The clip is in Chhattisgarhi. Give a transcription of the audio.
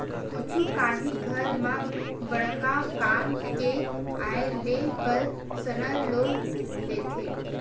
कुछु काही घर म बड़का काम के आय ले परसनल लोन लेथे